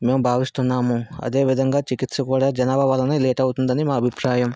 మేము భావిస్తున్నాము అదే విధంగా చికిత్స కూడా జనాభా వల్లన లేట్ అవుతుంది అని మా అభిప్రాయం